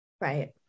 Right